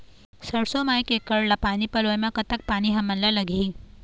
सरसों म एक एकड़ ला पानी पलोए म कतक पानी हमन ला लगही?